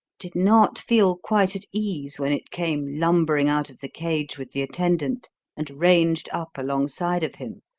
did not feel quite at ease when it came lumbering out of the cage with the attendant and ranged up alongside of him,